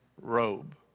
robe